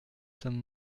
sommes